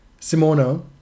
Simona